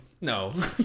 no